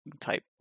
type